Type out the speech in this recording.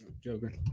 Joker